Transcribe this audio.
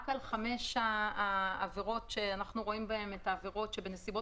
רק לגבי חמש העבירות שאנחנו רואים בהן את העבירות שבנסיבות